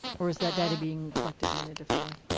or is that data being collected in a different way?